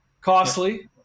Costly